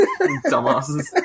Dumbasses